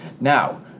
Now